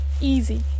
easy